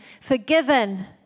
forgiven